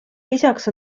lisaks